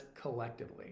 collectively